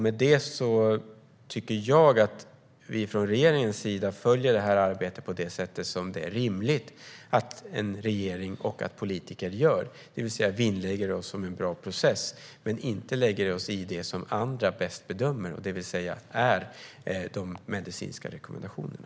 Med detta tycker jag att jag och regeringen följer det här arbetet på det sätt som det är rimligt att en regering och politiker gör. Vi vinnlägger oss om en bra process, men vi lägger oss inte i det som andra bäst kan bedöma, det vill säga de medicinska rekommendationerna.